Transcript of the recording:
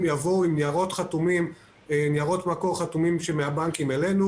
יבואו עם ניירות מקור חתומים מהבנקים אלינו.